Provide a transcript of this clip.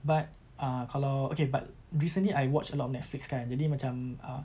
but ah kalau okay but recently I watch a lot of netflix kan jadi macam uh